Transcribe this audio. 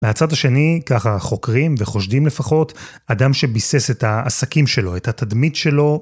מהצד השני, ככה חוקרים וחושדים לפחות, אדם שביסס את העסקים שלו, את התדמית שלו.